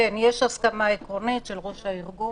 כן, יש הסכמה עקרונית של ראש הארגון,